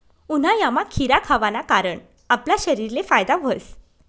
उन्हायामा खीरा खावाना कारण आपला शरीरले फायदा व्हस